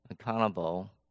accountable